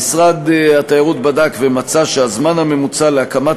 משרד התיירות בדק ומצא שהזמן הממוצע להקמת